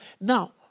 Now